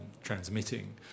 transmitting